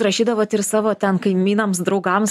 rašydavot ir savo ten kaimynams draugams